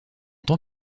tant